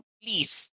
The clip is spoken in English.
please